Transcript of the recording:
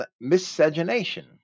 miscegenation